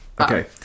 okay